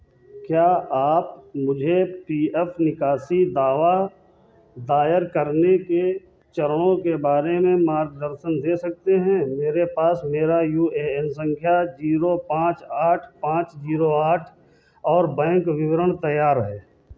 क्या आप मुझे पी एफ निकासी दावा दायर करने के चरणों के बारे में मार्गदर्शन दे सकते हैं मेरे पास मेरा यू ए एन संख्या जीरो पाँच आठ पाँच जीरो आठ और बैंक विवरण तैयार है